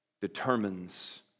determines